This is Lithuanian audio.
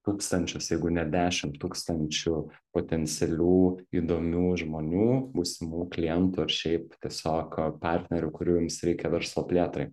tūkstančius jeigu ne dešim tūkstančių potencialių įdomių žmonių būsimų klientų ar šiaip tiesiog partnerių kurių jums reikia verslo plėtrai